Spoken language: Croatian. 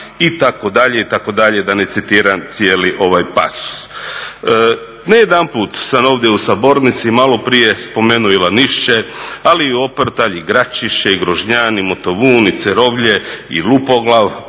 itd., itd. da ne citiram cijeli ovaj pasus. Ne jedanput sam ovdje u sabornici, i maloprije, spomenuo i Lanišće, ali i Oprtalj i Graćišće i Grožnjan i Motovun i Cerovlje i Lupoglav